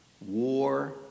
War